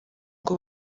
ngo